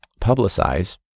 publicize